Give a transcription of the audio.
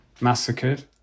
massacred